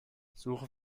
suche